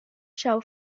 shell